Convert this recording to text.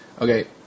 Okay